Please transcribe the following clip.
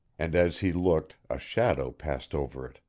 and as he looked a shadow passed over it.